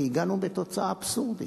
כי הגענו לתוצאה אבסורדית.